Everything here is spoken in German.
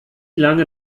lange